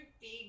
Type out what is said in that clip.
big